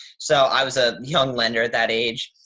so i was a young lender that age.